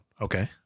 Okay